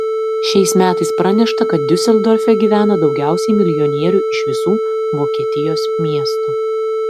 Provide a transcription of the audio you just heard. šiais metais pranešta kad diuseldorfe gyvena daugiausiai milijonierių iš visų vokietijos miestų